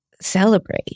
celebrate